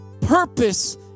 purpose